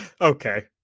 okay